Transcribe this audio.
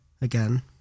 again